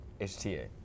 HTA